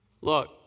Look